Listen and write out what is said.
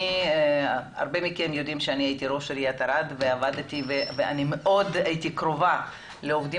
רבים מכם יודעים שהייתי ראש עיריית ערד והייתי מאוד קרובה לעובדים